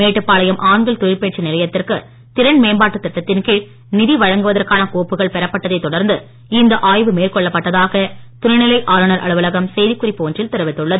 மேட்டுப்பாளையம் ஆண்கள் தொழிற்பயிற்சி நிலையத்திற்கு திறன் மேம்பாட்டு திட்டத்தின் கீழ் நிதி வழங்குவதற்கான பெறப்பட்டதைத் தொடர்ந்து இந்த கோப்புகள் மேற்கொள்ளப்பட்டதாக துணை நிலை ஆளுநர் அலுவலகம் செய்திக் குறிப்பு ஒன்றில் தெரிவித்துள்ளது